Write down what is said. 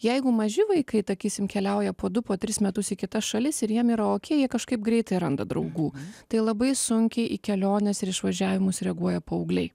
jeigu maži vaikai sakysime keliauja po du po tris metus į kitas šalis ir jiem yra okei kažkaip greitai randa draugų tai labai sunkiai į keliones ir išvažiavimus reaguoja paaugliai